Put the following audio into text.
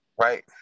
Right